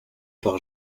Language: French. par